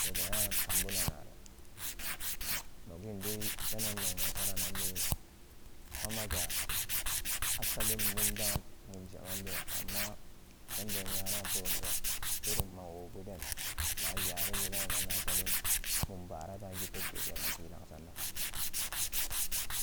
Toga nya kambu nanare to noginde penannogmasara nanni samaga asalin mumdan mum sheman ben amma pendon nyara purumso irinwobuden na yarebuda nan asalin mumbaaradan gitebgera tilangsanden